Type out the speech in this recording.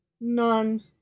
None